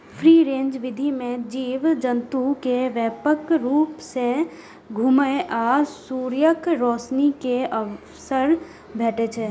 free range विधि मे जीव जंतु कें व्यापक रूप सं घुमै आ सूर्यक रोशनी के अवसर भेटै छै